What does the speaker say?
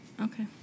Okay